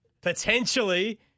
potentially